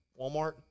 Walmart